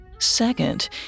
Second